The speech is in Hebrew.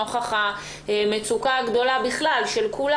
נוכח המצוקה הגדולה בכלל של כולם.